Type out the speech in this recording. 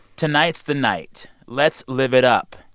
tonight's the night. let's live it up.